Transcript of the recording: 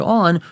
on